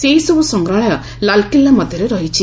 ସେହିସବୁ ସଂଗ୍ରହାଳୟ ଲାଲ୍କିଲ୍ଲା ମଧ୍ୟରେ ରହିଛି